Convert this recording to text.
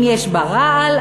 אם יש בה רעל,